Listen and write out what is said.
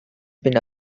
been